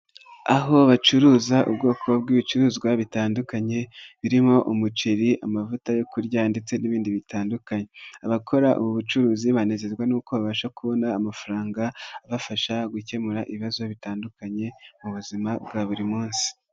Aho bacuruza ubwoko bw'ibicuruzwa bitandukanye birimo umuceri, amavuta yo kurya ndetse n'ibindi bitandukanye, abakora ubu bucuruzi banezezwa n'uko babasha kubona amafaranga abafasha gukemura ibibazo bitandukanye mu buzima bwa buri munsi.